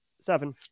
Seven